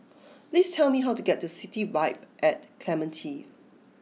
please tell me how to get to City Vibe at Clementi